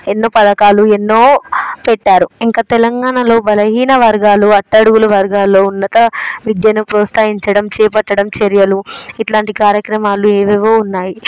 ఎన్నో పథకాలు ఎన్నోపెట్టారు ఇంకా తెలంగాణలో బలహీన వర్గాలు అట్టడుగు వర్గాలలో ఉన్నత విద్యని ప్రోత్సహించడం చేపట్టడం చర్యలు ఇలాంటి కార్యక్రమాలు ఏవేవో ఉన్నాయి